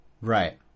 right